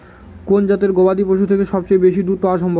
কোন জাতের গবাদী পশু থেকে সবচেয়ে বেশি দুধ পাওয়া সম্ভব?